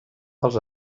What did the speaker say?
pels